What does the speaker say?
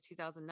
2009